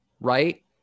right